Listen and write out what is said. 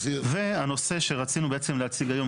הנושא שרצינו בעצם להציג היום,